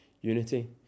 unity